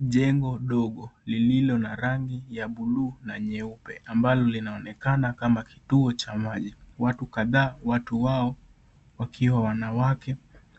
Jengo dogo lililo na rangi ya buluu na nyeupe ambalo linaonekana kama kituo cha maji, watu kadhaa watu hao wakiwa wanawake